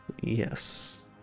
Yes